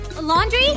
laundry